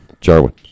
Jarwin